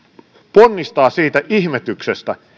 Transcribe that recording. ponnistaa siitä ihmetyksestä